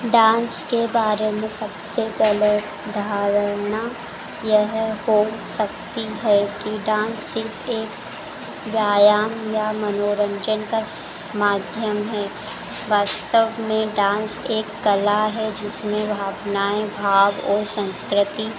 dance के बारे में सबसे गलत धारणा यह हो सकती है कि डान्स सिर्फ एक व्यायाम या मनोरन्जन का माध्यम है वास्तव में डान्स एक कला है जिसमें भावनाएँ भाव और सँस्कृति